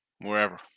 wherever